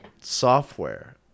software